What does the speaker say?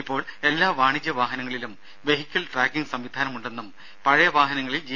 ഇപ്പോൾ എല്ലാ വാണിജ്യ വാഹനങ്ങളിലും വെഹിക്കിൾ ട്രാക്കിങ് സംവിധാനം ഉണ്ടെന്നും പഴയ വാഹനങ്ങളിൽ ജി